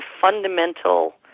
fundamental